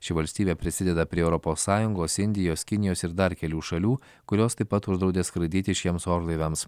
ši valstybė prisideda prie europos sąjungos indijos kinijos ir dar kelių šalių kurios taip pat uždraudė skraidyti šiems orlaiviams